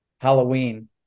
Halloween